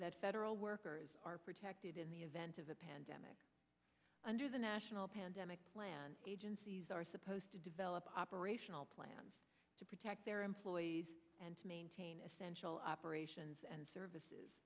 that federal workers are protected in the event of a pandemic under the national pandemic plan agencies are supposed to develop operational plans to protect their employees and to maintain essential operations and services